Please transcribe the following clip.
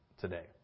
today